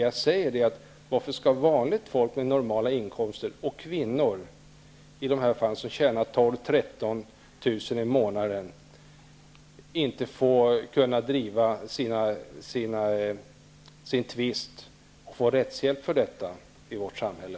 Jag har frågat varför vanligt folk med normala inkomster, och i detta fall kvinnor som tjänar 12 000--13 000 kr. i månaden, inte skall kunna driva sina tvister och få rättshjälp till detta i vårt samhälle.